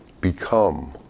Become